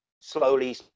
slowly